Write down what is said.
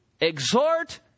exhort